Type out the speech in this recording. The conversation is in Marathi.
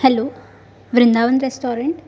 hello Vrindavan restaurant